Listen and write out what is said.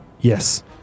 Yes